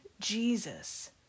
Jesus